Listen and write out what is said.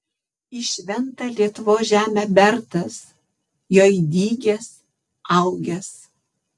į šventą lietuvos žemę bertas joj dygęs augęs